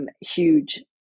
Huge